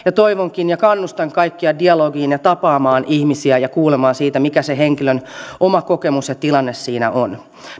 toivonkin ja kannustan kaikkia dialogiin ja tapaamaan ihmisiä ja kuulemaan siitä mikä henkilön oma kokemus ja tilanne siinä on